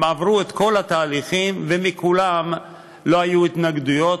הם עברו את כל התהליכים ומכולם לא היו התנגדויות,